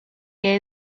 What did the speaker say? que